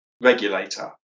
regulator